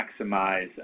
maximize